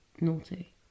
naughty